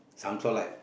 some sort like